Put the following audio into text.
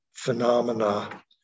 phenomena